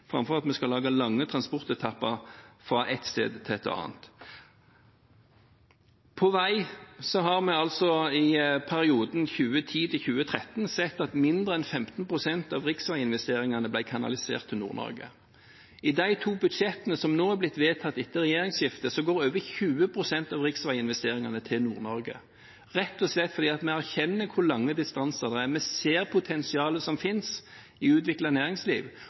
framfor at vi skal lage lange transportetapper fra et sted til et annet. Når det gjelder vei, har vi i perioden 2010–2013 sett at mindre enn 15 pst. av riksveiinvesteringene ble kanalisert til Nord-Norge. I de to budsjettene som nå har blitt vedtatt etter regjeringsskiftet, går over 20 pst. av riksveiinvesteringene til Nord-Norge, rett og slett fordi vi erkjenner hvor lange distanser det er, vi ser potensialet som finnes i et utviklet næringsliv,